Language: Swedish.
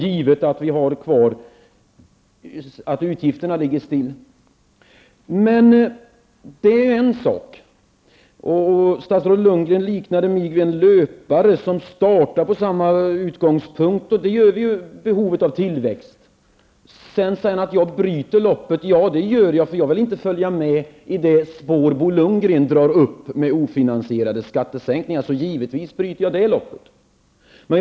Det förutsätter att utgifterna ligger still. Men det är en sak. Statsrådet Bo Lundgren liknade mig vid en löpare som startar på samma utgångspunkt som andra, nämligen med behovet av tillväxt. Han säger att jag sedan bryter loppet. Ja, det gör jag. Jag vill inte följa med i det spår som Bo Lundgren drar upp med ofinansierade skattesänkningar. Det loppet bryter jag givetvis.